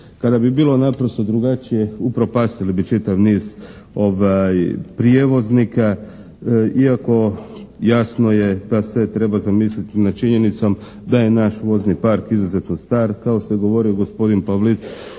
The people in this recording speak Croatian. Kada bi bilo naprosto drugačije upropastili bi čitav niz prijevoznika iako jasno je da se treba zamisliti nad činjenicom da je naš vozni park izuzetno star, kao što je govorio gospodin Pavlic